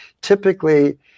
typically